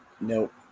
Nope